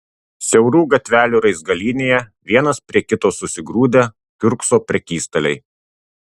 siaurų gatvelių raizgalynėje vienas prie kito susigrūdę kiurkso prekystaliai